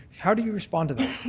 how do you respond to that?